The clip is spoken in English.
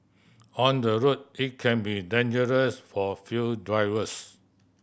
on the road it can be dangerous for few drivers